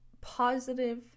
positive